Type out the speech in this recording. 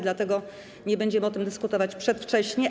Dlatego nie będziemy o tym dyskutować przedwcześnie.